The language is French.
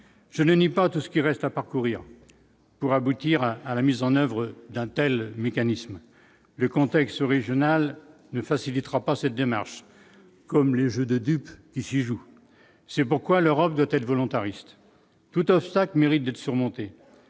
je ne nie pas tout ce qui reste à parcourir pour aboutir à la mise en oeuvre d'mécanismes le contexte régional ne facilitera pas cette démarche comme les jeux de dupes ici joue, c'est pourquoi l'Europe doit être volontariste tout obstacle mérite d'être surmonté